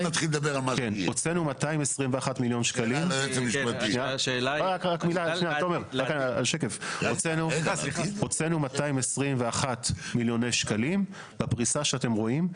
הוצאנו 221 מיליוני שקלים בפריסה שאתם רואים.